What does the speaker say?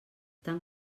tan